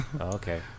Okay